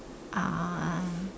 uh